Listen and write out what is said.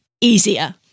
easier